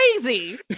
crazy